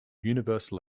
universal